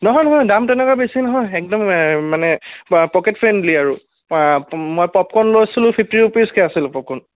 নহয় নহয় দাম তেনেকুৱা বেছি নহয় একদম মানে পকেট ফ্ৰেণ্ডলি আৰু প মই পপকৰ্ণ লৈছিলোঁ ফিফ্টি ৰুপিছকৈ আছিলে পপকৰ্ণটো